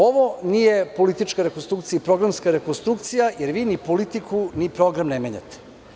Ovo nije politička rekonstrukcija i programska rekonstrukcija, jer vi ni politiku ni program ne menjate.